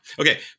Okay